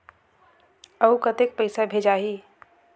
अउ कतेक पइसा भेजाही?